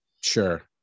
Sure